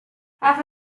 half